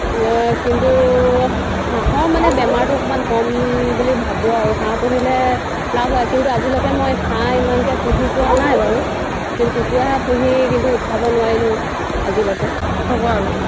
কিন্তু হাঁহৰ মানে বেমাৰটো অকণমান কম বুলি ভাবোঁ আৰু হাঁহ পুহিলে লাভ হয় কিন্তু আজিলৈকে মই হাঁহ ইমানকৈ পুহি পোৱা নাই বাৰু কিন্তু কুকুৰাহে পুহি কিন্তু উঠাব নোৱাৰিলোঁ আজিলৈকে হ'ব আৰু